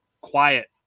quiet